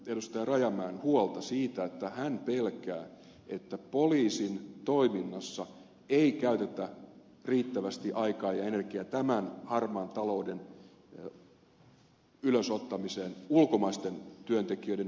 rajamäen huolta siitä että tämä pelkää että poliisin toiminnassa ei käytetä riittävästi aikaa ja energiaa tämän harmaan talouden ylös ottamiseen ulkomaisten työntekijöiden ja yritysten osalta